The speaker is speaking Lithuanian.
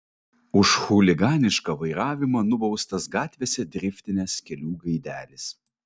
už chuliganišką vairavimą nubaustas gatvėse driftinęs kelių gaidelis